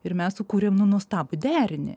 ir mes sukūrėm nu nuostabų derinį